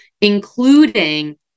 including